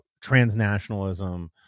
transnationalism